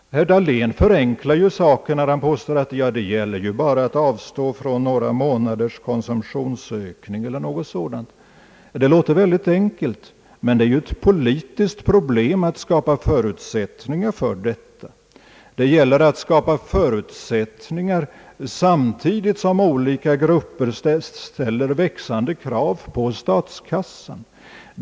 Herr Dahlén förenklar saken när han säger att det ju bara gäller att avstå från några månaders konsumtionsökning. Det låter väldigt enkelt, men det är ett politiskt problem att skapa förutsättningar för detta. Det gäller att skapa förutsättningar samtidigt som olika grupper ställer växande krav på statskassan.